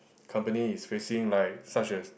company is facing like such as